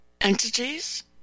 entities